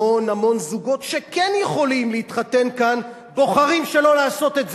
המון המון זוגות שכן יכולים להתחתן כאן בוחרים שלא לעשות את זה,